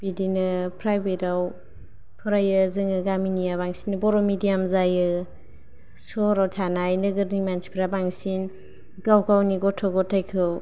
बिदिनो प्राइबेटाव फरायो जोंनि गामिनिआ बांसिन बर' मिडियाम जायो सहराव थानाय नोगोरनि मान्थिफ्रा बांसिन गाव गावनि गथ' गथाइखौ